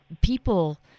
people